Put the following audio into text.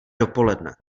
dopoledne